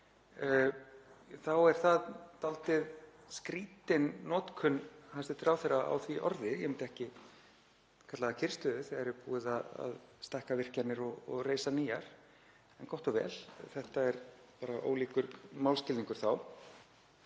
þá er það dálítið skrýtin notkun hæstv. ráðherra á því orði. Ég myndi ekki kallað það kyrrstöðu þegar búið er að stækka virkjanir og reisa nýjar. En gott og vel, þetta er bara ólíkur málskilningur.